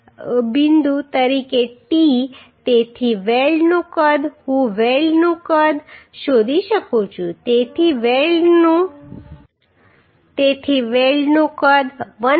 તેથી 1 બિંદુ તરીકે t તેથી વેલ્ડનું કદ હું વેલ્ડનું કદ શોધી શકું છું તેથી વેલ્ડનું કદ 1